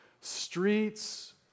streets